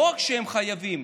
לא רק שהם ראויים,